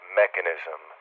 mechanism